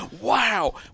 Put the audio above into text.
wow